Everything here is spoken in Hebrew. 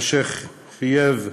אשר חייבה